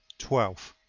twelve.